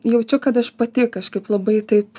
jaučiu kad aš pati kažkaip labai taip